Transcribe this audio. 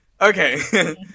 okay